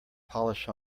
polish